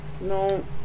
No